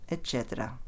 Eccetera